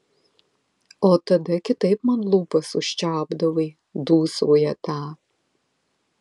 o tada kitaip man lūpas užčiaupdavai dūsauja ta